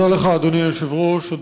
תודה לך, אדוני היושב-ראש.